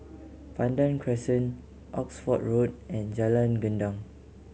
Pandan Crescent Oxford Road and Jalan Gendang